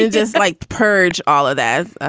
just like purge all of that. ah